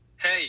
Hey